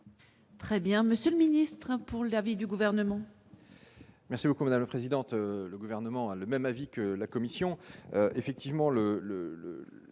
Très bien monsieur le ministre pour l'avis du gouvernement. Merci au présidente, le gouvernement a le même avis que la Commission